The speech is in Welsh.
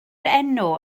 enw